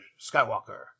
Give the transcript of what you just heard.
Skywalker